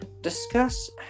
discuss